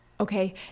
Okay